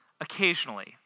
occasionally